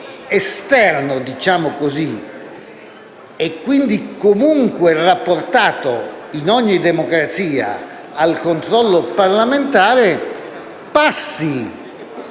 esterno, quindi comunque rapportato in ogni democrazia al controllo parlamentare, passi